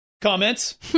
comments